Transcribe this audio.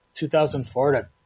2004